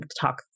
talk